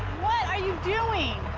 what are you doing?